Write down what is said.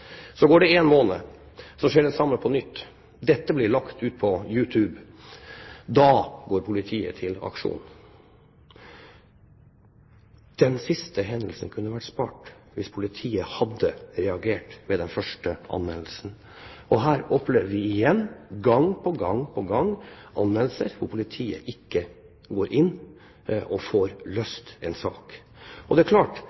Så går det én måned, og så skjer det samme på nytt. Dette blir lagt ut på YouTube. Da går politiet til aksjon. Den siste hendelsen kunne man vært spart for hvis politiet hadde reagert ved den første anmeldelsen. Her opplever vi igjen – gang på gang på gang – anmeldelser hvor politiet ikke går inn og får løst en sak. Det er klart